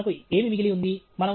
కాబట్టి మనకు ఏమి మిగిలి ఉంది